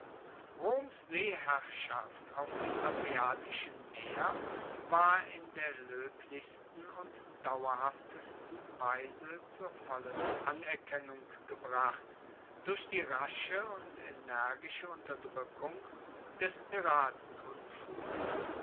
roms seeherrschaft auf dem adriatischen meer war in der loeblichsten und dauerhaftesten weise zur vollen anerkennung gebracht durch die rasche und energische unterdrueckung des